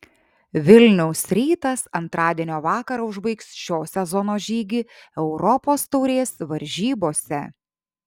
vilniaus rytas antradienio vakarą užbaigs šio sezono žygį europos taurės varžybose